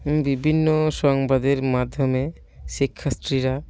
বিভিন্ন সংবাদের মাধ্যমে শিক্ষার্থীরা